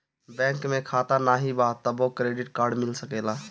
Bank में खाता नाही बा तबो क्रेडिट कार्ड मिल सकेला?